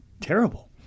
terrible